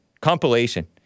compilation